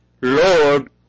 Lord